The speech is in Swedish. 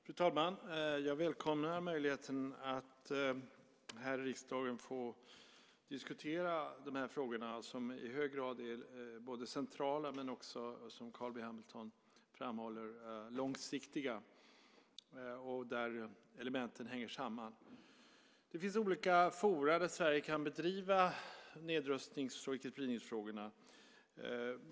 Fru talman! Jag välkomnar möjligheten att här i riksdagen få diskutera de här frågorna, som i hög grad är både centrala och, som Carl B Hamilton framhåller, långsiktiga och där elementen hänger samman. Det finns olika forum där Sverige kan bedriva nedrustnings och icke-spridningsfrågorna.